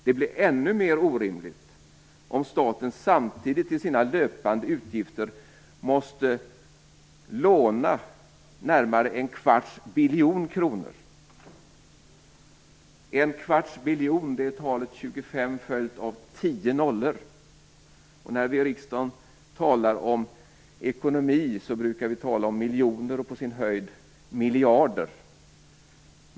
Det blir ännu mer orimligt om staten samtidigt i sina löpande utgifter måste låna närmare en kvarts biljon kronor. En kvarts biljon är talet 25 följt med tio nollor. När vi i riksdagen talar om ekonomi brukar vi tala om miljoner, på sin höjd miljarder.